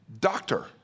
doctor